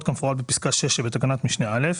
במפורט בפסקה (6) שבתקנת משנה (א).